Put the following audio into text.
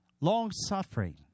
long-suffering